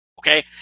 Okay